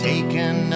Taken